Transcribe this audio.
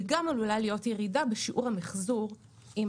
וגם עלולה להיות ירידה בשיעור המיחזור אם